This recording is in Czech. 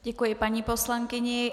Děkuji paní poslankyni.